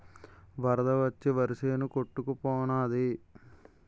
వరద వచ్చి వరిసేను కొట్టుకు పోనాది